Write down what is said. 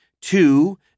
Two